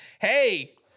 Hey